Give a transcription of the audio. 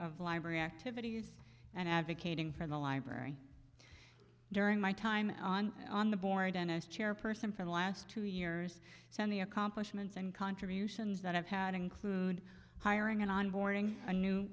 of library activities and advocating for the library during my time on on the board and as chairperson for the last two years so many accomplishments and contributions that i've had include hiring and onboarding a new